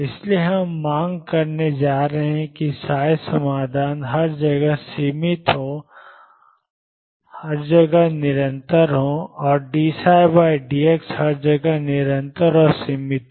इसलिए हम मांग करने जा रहे हैं कि समाधान हर जगह सीमित हों हर जगह निरंतर हों और dψdx हर जगह निरंतर और सीमित हो